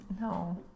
No